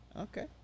Okay